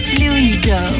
Fluido